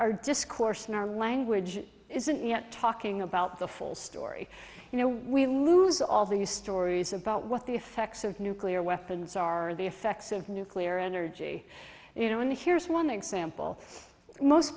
our discourse in our language isn't yet talking about the full story you know we lose all these stories about what the effects of nuclear weapons are the effects of nuclear energy you know and here's one example most